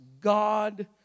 God